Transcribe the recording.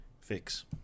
Fix